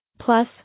Plus